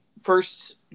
first